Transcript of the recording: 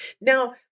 Now